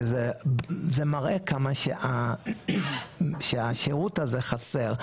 וזה מראה כמה שהשירות הזה חסר.